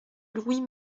louis